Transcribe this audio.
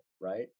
right